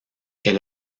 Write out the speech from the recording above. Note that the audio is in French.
elle